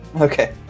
Okay